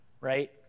right